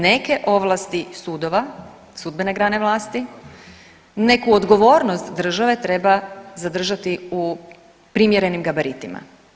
Neke ovlasti sudova, sudbene grane vlasti neku odgovornost države treba zadržati u primjerenim gabaritima.